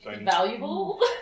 valuable